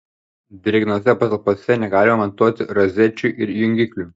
drėgnose patalpose negalima montuoti rozečių ir jungiklių